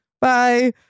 bye